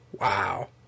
Wow